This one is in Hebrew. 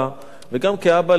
גם כאבא לילדים,